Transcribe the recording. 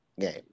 game